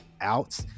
out